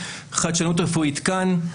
חדשנות רפואית כאן.